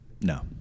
No